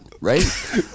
right